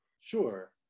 sure